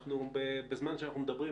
בזמן שאנחנו מדברים.